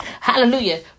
Hallelujah